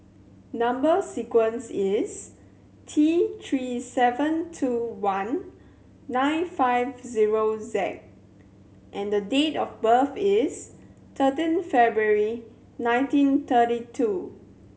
number sequence is T Three seven two one nine five zero Z and date of birth is thirteen February nineteen thirty two